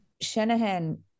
Shanahan